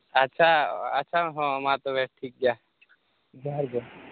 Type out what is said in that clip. ᱟᱪᱪᱷᱟ ᱟᱪᱪᱷᱟ ᱦᱚᱸ ᱢᱟ ᱛᱚᱵᱮ ᱴᱷᱤᱠ ᱜᱮᱭᱟ ᱡᱚᱦᱟᱨ ᱜᱮ